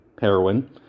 heroin